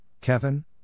Kevin